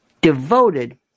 devoted